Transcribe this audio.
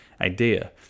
idea